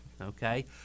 okay